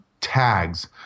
tags